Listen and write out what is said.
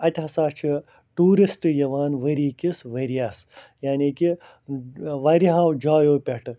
اَتہِ ہَسا چھِ ٹوٗرسٹ یِوان ؤری کِس ؤرَیس یعنی کہِ وارِیاہو جایو پٮ۪ٹھٕ